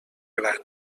gran